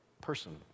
person